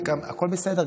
הכול בסדר,